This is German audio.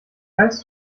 heißt